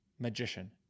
magician